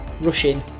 rushing